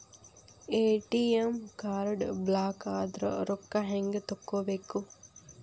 ATM card ಬ್ಲಾಕದ್ರ ರೊಕ್ಕಾ ಹೆಂಗ್ ತಕ್ಕೊಬೇಕು?